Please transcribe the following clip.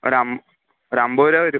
ഒരം ഒരമ്പത് രൂപ വരും